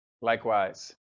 Likewise